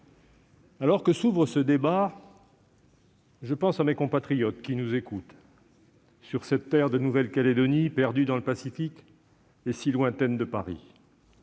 alors que s'ouvre ce débat, je pense à mes compatriotes qui nous écoutent sur cette terre de Nouvelle-Calédonie, perdue dans le Pacifique et si lointaine vue de Paris.